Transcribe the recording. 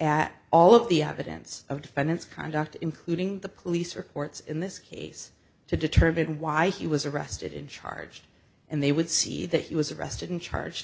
at all of the evidence of defendant's conduct including the police reports in this case to determine why he was arrested in charge and they would see that he was arrested and charge